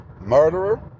murderer